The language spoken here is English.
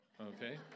Okay